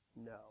No